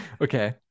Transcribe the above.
okay